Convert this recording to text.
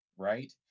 right